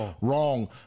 wrong